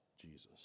Jesus